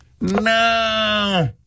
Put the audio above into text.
No